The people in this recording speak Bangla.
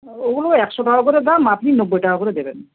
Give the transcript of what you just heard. ওগুলো একশো টাকা করে দাম আপনি নব্বই টাকা করে দেবেন